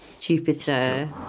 Jupiter